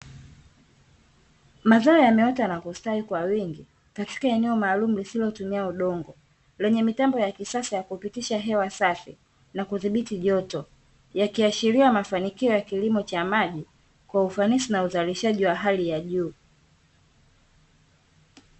Mazao yameota na kustawi kwa wingi katika eneo maalumu lisilotumia udongo, lenye mitambo ya kisasa ya kupitisha hewa safi na kudhibiti joto, yakiashiria mafanikio ya kilimo cha maji kwa ufanisi na uzalishaji wa hali ya juu.